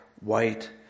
white